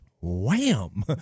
Wham